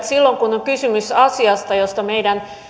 silloin kun on kysymys asiasta josta meidän